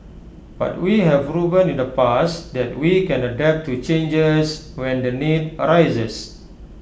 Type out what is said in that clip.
but we have proven in the past that we can adapt to changes when the need arises